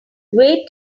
wait